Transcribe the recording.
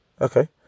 Okay